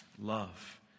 love